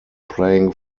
playing